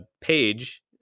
page